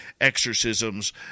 exorcisms